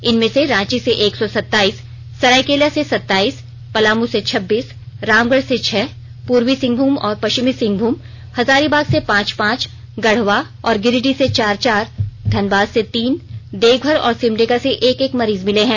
इनमें से रांची से एक सौ सत्ताईस सरायकेला से सत्ताईस पलामू से छब्बीस रामगढ़ से छह पूर्वी सिंहभूम पश्चिमी सिंहभूम और हजारीबाग से पांच पांच गढ़वा और गिरिडीह से चार चार धनबाद से तीन देवघर और सिमडेगा से एक एक मरीज मिले हैं